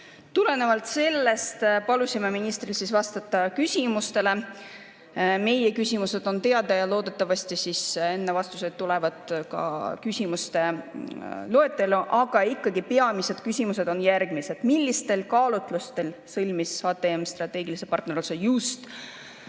Tulenevalt sellest palusime ministril vastata küsimustele. Meie küsimused on teada ja loodetavasti enne vastuseid tuleb ka küsimuste loetelu. Aga ikkagi, peamised küsimused on järgmised. Millistel kaalutlustel sõlmis HTM strateegilise partnerluse